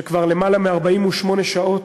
אין פלא שכבר יותר מ-48 שעות,